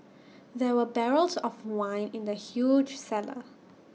there were barrels of wine in the huge cellar